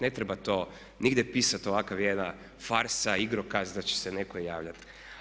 Ne treba to nigdje pisati ovakav jedna farsa, igrokaz da će se netko javljati.